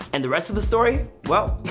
and the rest of the story? well,